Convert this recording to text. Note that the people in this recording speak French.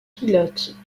pilote